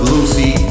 Lucy